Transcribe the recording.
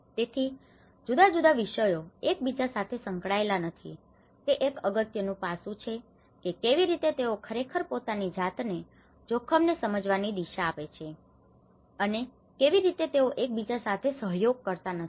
તેથી જુદા જુદા વિષયો એક બીજા સાથે સંકળાયેલા નાથી તે એક અગત્યનું પાસું છે કે કેવી રીતે તેઓ ખરેખર પોતાની જાત ને જોખમ ને સમજવાની દિશા આપે છે અને કેવી રીતે તેઓ એકબીજા સાથે સહયોગ કરતા નથી